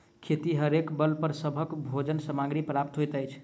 खेतिहरेक बल पर सभक भोजन सामग्री प्राप्त होइत अछि